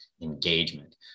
engagement